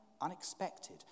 unexpected